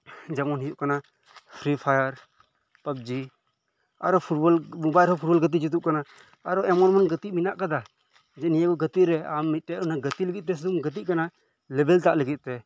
ᱡᱮᱢᱚᱱ ᱦᱳᱭᱳᱜ ᱠᱟᱱᱟ ᱯᱷᱨᱤ ᱯᱷᱟᱭᱟᱨ ᱯᱟᱵᱽᱡᱤ ᱟᱨᱚ ᱯᱷᱩᱴᱵᱚᱞ ᱢᱳᱵᱟᱭᱤᱞ ᱨᱮᱦᱚᱸ ᱯᱷᱩᱴᱵᱚᱞ ᱜᱟᱛᱮᱜ ᱡᱩᱛᱩᱜ ᱠᱟᱱᱟ ᱟᱨᱚ ᱮᱢᱚᱱ ᱮᱢᱚᱱ ᱜᱟᱛᱮᱜ ᱢᱮᱱᱟᱜ ᱟᱠᱟᱫᱟ ᱡᱮ ᱱᱤᱭᱟᱹ ᱠᱚ ᱜᱮᱛᱟᱜ ᱨᱮ ᱟᱢ ᱢᱤᱫ ᱴᱮᱱ ᱚᱱᱟ ᱜᱟᱛᱮᱜ ᱞᱟᱜᱤᱜ ᱛᱮ ᱥᱩᱫᱩᱢ ᱜᱟᱛᱮᱜ ᱠᱟᱱᱟ ᱞᱮᱵᱮᱞ ᱛᱟᱵ ᱞᱟᱜᱤᱫ ᱛᱮ